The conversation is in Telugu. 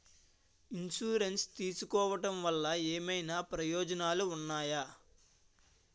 ఇన్సురెన్స్ తీసుకోవటం వల్ల ఏమైనా ప్రయోజనాలు ఉన్నాయా?